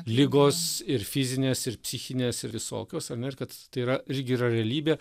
ligos ir fizinės ir psichinės ir visokios ar ne ir kad tai yra irgi yra realybė